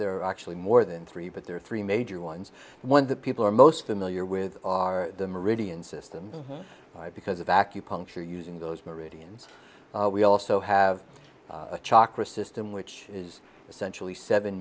are actually more than three but there are three major ones one that people are most familiar with are the meridian system because of acupuncture using those meridians we also have a chocolate system which is essentially seven